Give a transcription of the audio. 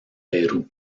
perú